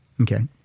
okay